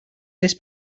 this